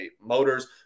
Motors